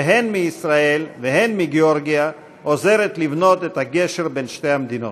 שהן מישראל והן מגיאורגיה עוזרת לבנות את הגשר בין שתי המדינות.